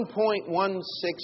1.16